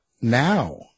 now